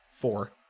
Four